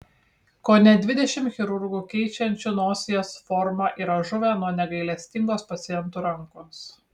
kone dvidešimt chirurgų keičiančių nosies formą yra žuvę nuo negailestingos pacientų rankos